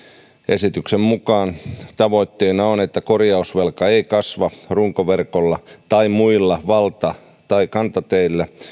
esityksen mukaan tavoitteena on että korjausvelka ei kasva runkoverkolla tai muilla valta tai kantateillä